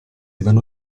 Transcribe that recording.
vanno